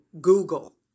Google